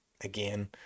again